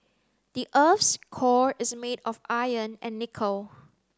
the earth's core is made of iron and nickel